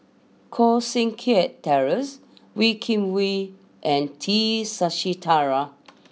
Koh Seng Kiat Terence Wee Kim Wee and T Sasitharan